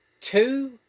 two